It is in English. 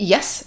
Yes